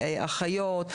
אחיות,